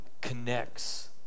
connects